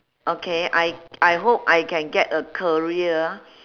okay I I hope I can get a career